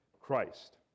Christ